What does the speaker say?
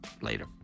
Later